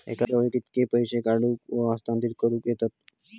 एका वेळाक कित्के पैसे काढूक व हस्तांतरित करूक येतत?